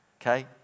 okay